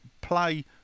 play